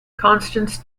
constance